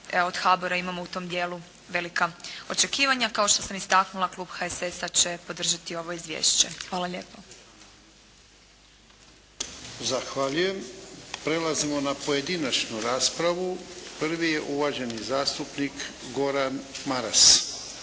od HABOR-a imamo u tom dijelu velika očekivanja. Kao što sam istaknula Klub HSS-a će podržati ovo izvješće. Hvala lijepo. **Jarnjak, Ivan (HDZ)** Zahvaljujem. Prelazimo na pojedinačnu raspravu. Prvi je uvaženi zastupnik Goran Maras,